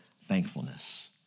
thankfulness